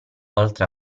oltre